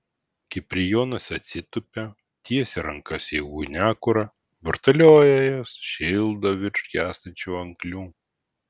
kiprijonas atsitupia tiesia rankas į ugniakurą vartalioja jas šildo virš gęstančių anglių